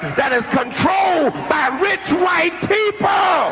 that is controlled by rich white